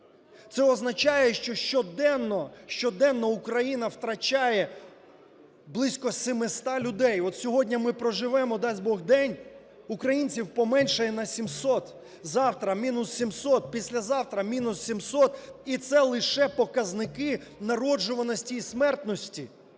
Це означає, що щоденно, щоденно Україна втрачає близько 700 людей. От сьогодні ми проживемо, дасть Бог, день, українців поменшає на 700, завтра – мінус 700, післязавтра – мінус 700. І це лише показники народжуваності і смертності.